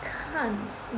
看戏